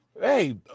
hey